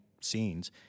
scenes